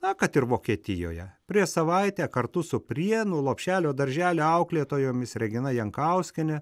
na kad ir vokietijoje prieš savaitę kartu su prienų lopšelio darželio auklėtojomis regina jankauskiene